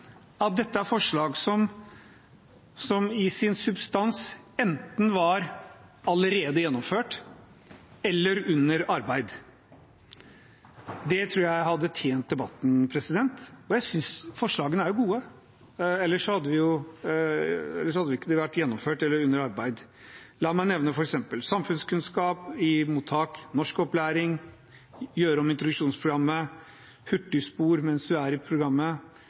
dette er forslag som i sin substans enten allerede var gjennomført eller under arbeid. Det tror jeg hadde tjent debatten. Forslagene er jo gode, ellers hadde de ikke vært gjennomført eller under arbeid. La meg nevne f.eks. samfunnskunnskap i mottak, norskopplæring, gjøre om introduksjonsprogrammet, hurtigspor mens man er i programmet,